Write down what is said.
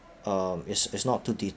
um is is not too deep